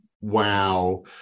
wow